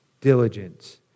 diligence